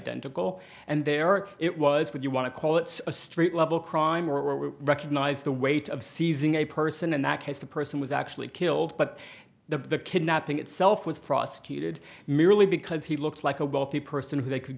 identical and there or it was would you want to call it a street level crime or would recognize the weight of seizing a person in that case the person was actually killed but the kidnapping itself was prosecuted merely because he looked like a wealthy person who they could